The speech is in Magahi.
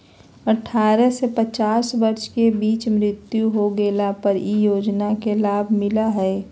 अठारह से पचास वर्ष के बीच मृत्यु हो गेला पर इ योजना के लाभ मिला हइ